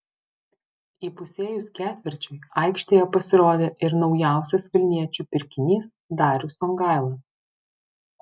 įpusėjus ketvirčiui aikštėje pasirodė ir naujausias vilniečių pirkinys darius songaila